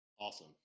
Awesome